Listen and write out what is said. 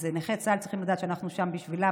אז נכי צה"ל צריכים לדעת שאנחנו שם בשבילם,